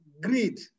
greed